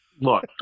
Look